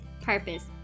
purpose